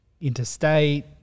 interstate